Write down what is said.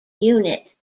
unit